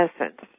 essence